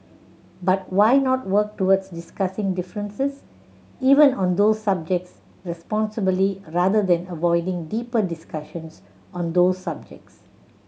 but why not work towards discussing differences even on those subjects responsibly rather than avoiding deeper discussions on those subjects